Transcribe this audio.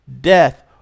death